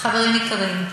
חברים יקרים,